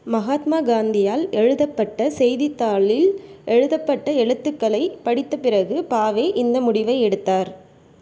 மகாத்மா காந்தியால் எழுதப்பட்ட செய்தித்தாளில் எழுதப்பட்ட எழுத்துக்களைப் படித்த பிறகு பாவே இந்த முடிவை எடுத்தார்